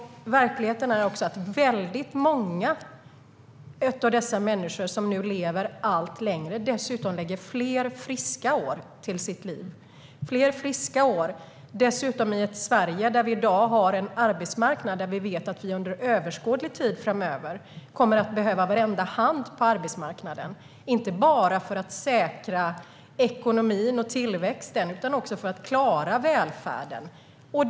Verkligheten är också att väldigt många av de människor som nu lever allt längre dessutom lägger fler friska år till sitt liv. Det sker i ett Sverige där vi i dag har en arbetsmarknad där vi vet att vi under överskådlig tid framöver kommer att behöva varenda hand på arbetsmarknaden, inte bara för att säkra ekonomin och tillväxten utan också för att klara välfärden.